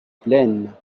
plaine